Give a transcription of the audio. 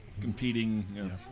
Competing